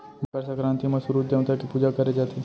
मकर संकरांति म सूरूज देवता के पूजा करे जाथे